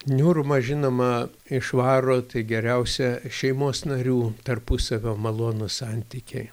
niūrumą žinoma išvaro tai geriausia šeimos narių tarpusavio malonūs santykiai